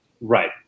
right